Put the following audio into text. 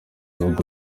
rugo